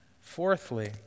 Fourthly